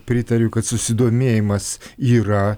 pritariu kad susidomėjimas yra